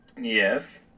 Yes